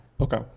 Okay